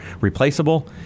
replaceable